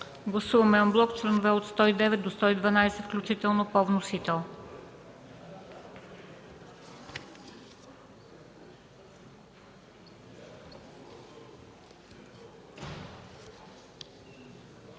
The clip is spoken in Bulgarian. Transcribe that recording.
Гласуваме анблок членове от 109 до 112 включително по вносител.